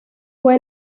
fue